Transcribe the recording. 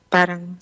Parang